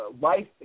life